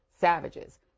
savages